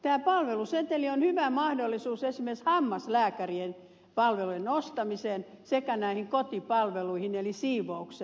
tämä palveluseteli on hyvä mahdollisuus esimerkiksi hammaslääkärien palvelujen ostamiseen sekä näihin kotipalveluihin eli siivoukseen